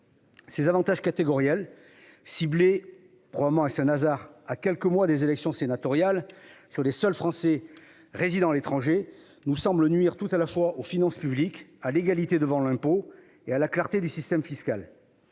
Ces avantages catégoriels, ciblés- probablement un hasard -à quelques mois des élections sénatoriales, sur les seuls Français résidant à l'étranger, nous semblent nuire tout à la fois aux finances publiques, à l'égalité devant l'impôt et à la clarté du système fiscal.